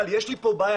יש לי כאן בעיה,